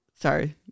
Sorry